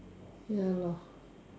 ya lor